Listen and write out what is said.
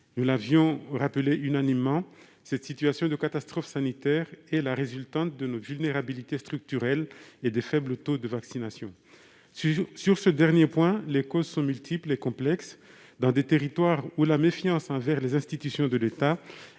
Nous l'avions rappelé unanimement, cette situation de catastrophe sanitaire est la résultante de nos vulnérabilités structurelles et des faibles taux de vaccination. Sur ce dernier point, les causes sont multiples et complexes, dans des territoires où la méfiance envers les institutions de l'État